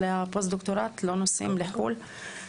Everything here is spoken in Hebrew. לא נוסעים לחו"ל.